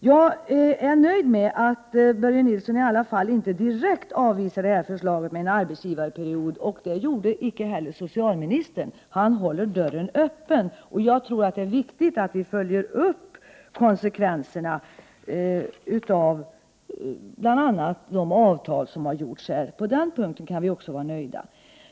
Jag är nöjd med att Börje Nilsson i alla fall inte direkt avvisar förslaget om en arbetsgivarperiod. Det gjorde icke heller socialministern. Han håller dörren öppen. Jag tror att det är viktigt att vi följer upp konsekvenserna av bl.a. de avtal som har ingåtts här. När det gäller den punkten kan vi också vara nöjda.